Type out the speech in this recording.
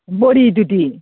ꯕꯣꯔꯤꯗꯨꯗꯤ